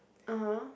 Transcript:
(uh huh)